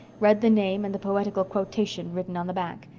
read the name and the poetical quotation written on the back.